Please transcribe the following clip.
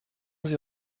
sie